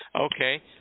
Okay